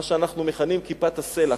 מה שאנחנו מכנים כיפת-הסלע.